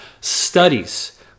studies